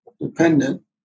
dependent